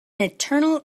eternal